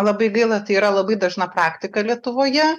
labai gaila tai yra labai dažna praktika lietuvoje